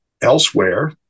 elsewhere